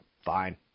Fine